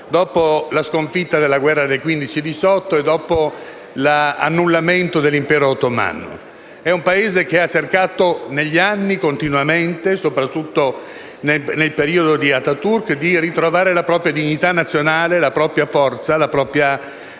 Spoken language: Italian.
dopo la sconfitta della guerra del 1915-1918 e dopo l'annullamento dell'Impero ottomano. È un Paese che ha cercato negli anni, continuamente, soprattutto nel periodo di Ataturk, di ritrovare la propria dignità nazionale, la propria forza, la propria